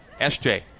SJ